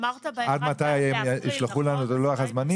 אמרת מתישהו באפריל, נכון?